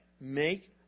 Make